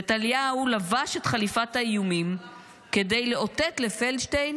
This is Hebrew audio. נתניהו לבש את חליפת האיומים כדי לאותת לפדלשטיין